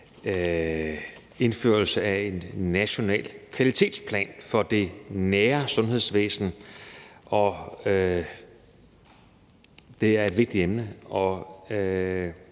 indførelse af en national kvalitetsplan for det nære sundhedsvæsen. Det er et vigtigt emne,